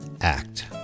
act